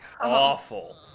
awful